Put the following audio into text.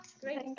great